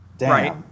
Right